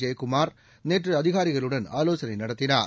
ஜெயக்குமார் நேற்று அதிகாரிகளுடன் ஆலோசனை நடத்தினார்